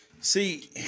See